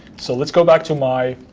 so let's go back to my